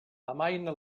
amaina